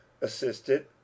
assisted